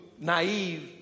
naive